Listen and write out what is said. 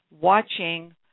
watching